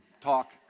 talk